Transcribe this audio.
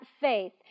faith